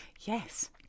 Yes